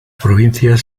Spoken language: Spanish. provincias